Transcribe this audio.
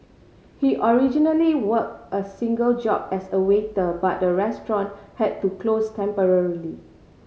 he originally worked a single job as a waiter but the restaurant had to close temporarily